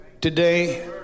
today